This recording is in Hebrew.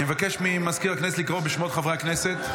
אני מבקש ממזכיר הכנסת לקרוא בשמות חברי הכנסת,